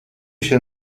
się